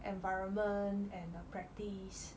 environment and err practice